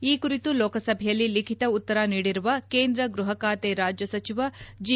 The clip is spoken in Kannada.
ಈ ಕುರಿತು ಲೋಕಸಭೆಯಲ್ಲಿ ಲಿಖಿತ ಉತ್ತರ ನೀಡಿರುವ ಕೇಂದ್ರ ಗ್ಲಹಖಾತೆ ರಾಜ್ಣ ಸಚಿವ ಜಿ